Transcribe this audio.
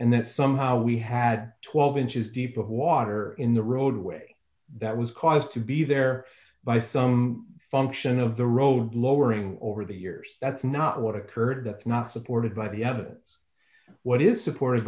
and that somehow we had twelve inches deep of water in the roadway that was caused to be there by some function of the road lowering over the years that's not what occurred that's not supported by the evidence what is supported